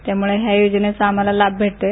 त्यामुळे या योजनेचा आम्हाला लाभ भेटतोय